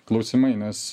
klausimai nes